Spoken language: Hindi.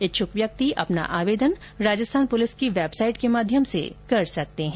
इच्छ्क व्यक्ति अपना आवेदन राजस्थान प्रलिस की वेबसाइट के माध्यम से कर सकते हैं